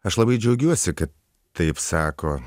aš labai džiaugiuosi kad taip sako